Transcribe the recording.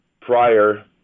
prior